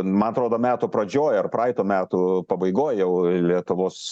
man atrodo metų pradžioj ar praeitų metų pabaigoj jau lietuvos